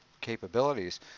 capabilities